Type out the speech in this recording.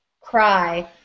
cry